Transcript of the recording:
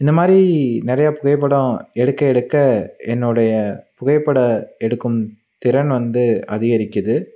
இந்த மாதிரி நிறையா புகைப்படம் எடுக்க எடுக்க என்னுடைய புகைப்படம் எடுக்கும் திறன் வந்து அதிகரிக்கிறது